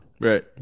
Right